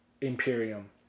Imperium